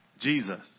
Jesus